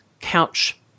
couch